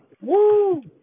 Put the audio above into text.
Woo